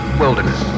wilderness